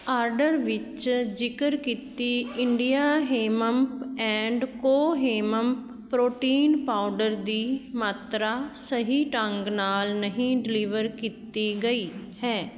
order ਵਿੱਚ ਜ਼ਿਕਰ ਕੀਤੀ India hemp and co hemp protein powder ਦੀ ਮਾਤਰਾ ਸਹੀ ਢੰਗ ਨਾਲ ਨਹੀਂ ਡਿਲੀਵਰ ਕੀਤੀ ਗਈ ਹੈ